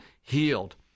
healed